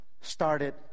started